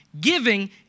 Giving